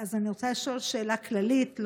אז אני רוצה לשאול שאלה כללית,